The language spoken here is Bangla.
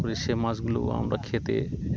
করে সে মাছগুলোও আমরা খেতে